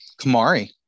Kamari